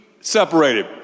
separated